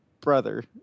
brother